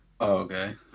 okay